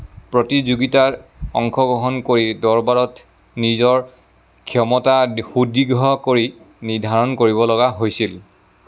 প্ৰতিযোগিতাত অংশগ্ৰহণ কৰি দৰবাৰত নিজৰ ক্ষমতা সুদৃঢ় কৰি নিৰ্ধাৰণ কৰিব লগা হৈছিল